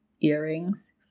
earrings